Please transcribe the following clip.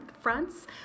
fronts